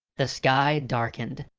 the sky darkened,